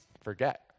forget